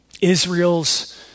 Israel's